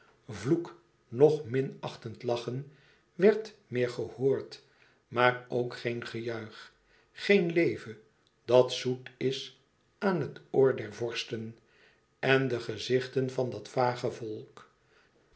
vloek noch minachtend lachen werd meer gehoord maar ook geen gejuich geen leve dat zoet is aan het oor der vorsten en de gezichten van dat vage volk